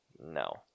No